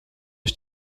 ich